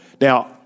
Now